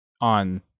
on